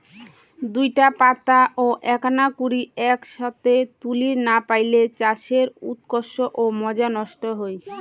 দুইটা পাতা ও এ্যাকনা কুড়ি এ্যাকসথে তুলির না পাইলে চায়ের উৎকর্ষ ও মজা নষ্ট হই